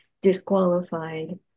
disqualified